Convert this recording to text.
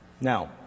Now